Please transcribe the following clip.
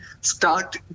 start